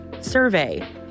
survey